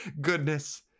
goodness